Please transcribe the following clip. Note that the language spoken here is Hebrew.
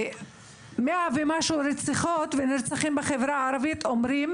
ומאה ומשהו רציחות ונרצחים בחברה הערבית אומרים